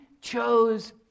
chose